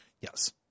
Yes